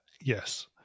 Yes